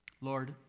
Lord